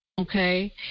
okay